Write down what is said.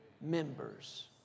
members